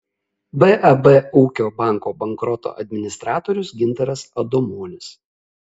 bab ūkio banko bankroto administratorius gintaras adomonis